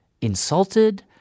insulted